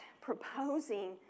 proposing